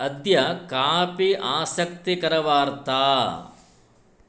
अद्य कापि आसक्तिकरवार्ता